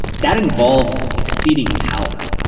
that involves exceeding power.